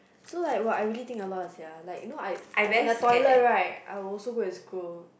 so like !wah! I really think a lot sia like you know I like in the toilet right I will also go and scroll